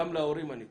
גם להורים אני קורא.